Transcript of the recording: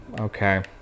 Okay